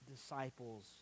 Disciples